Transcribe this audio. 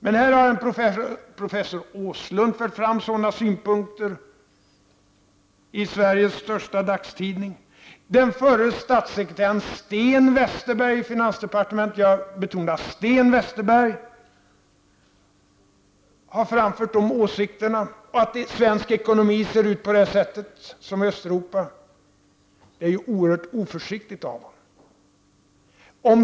Men här har en professor Åslund i Sveriges största dagstidning fört fram sådana synpunkter. Den förre statssekreteraren i finansdepartementet Sten Westerberg har framfört åsikten att svensk ekonomi ser ut som den i Östeuropa. Det är oerhört oförsiktigt av honom.